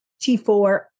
T4